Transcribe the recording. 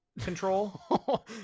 control